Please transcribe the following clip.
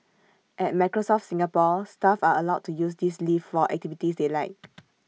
at Microsoft Singapore staff are allowed to use this leave for activities they like